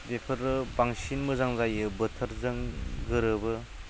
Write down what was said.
बेफोरो बांसिन मोजां जायो बोथोरजों गोरोबो